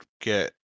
get